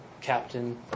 captain